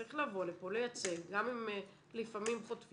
צריך לבוא לפה, לייצג, גם אם לפעמים חוטפים.